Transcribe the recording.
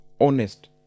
honest